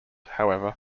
however